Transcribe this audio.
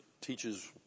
teaches